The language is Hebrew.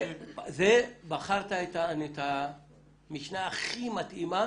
בחרת את המשנה הכי מתאימה